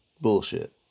bullshit